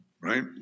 Right